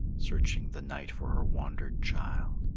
searching the night for her wandered child.